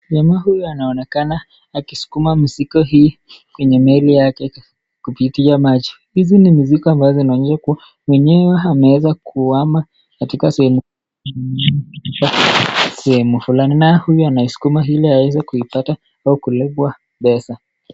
Jamaa huyu anaonekana akiskuma mzigo hii kwenye meli yake kupitia maji. Hizi ni mizigo ambazo zinaonyesha kuwa mwenyewe ameweza kukwama katika sehemu fulani naye huyu anaiskuma ili aweze kuipata au kulipwa pesa.